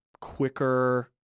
quicker